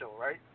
right